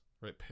right